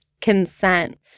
consent